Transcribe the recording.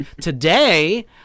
Today